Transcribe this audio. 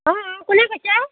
অ' অ' কোনে কৈছে